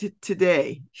today